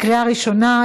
לקריאה ראשונה.